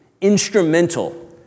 instrumental